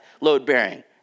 load-bearing